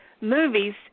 movies